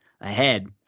ahead